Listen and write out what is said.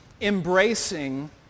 embracing